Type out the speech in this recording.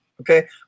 Okay